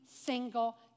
single